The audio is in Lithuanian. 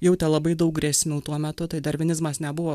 jautė labai daug grėsmių tuo metu tai darvinizmas nebuvo